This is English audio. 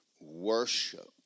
worship